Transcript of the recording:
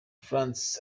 franc